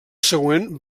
següent